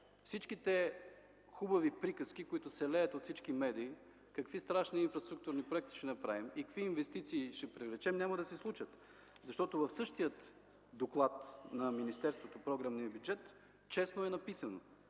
всичките хубави приказки, които се леят от всички медии – какви страшни инфраструктурни проекти ще направим и какви инвестиции ще привлечем, няма да се случат, защото в същия доклад на министерството – за програмния бюджет, честно е написано,